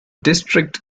district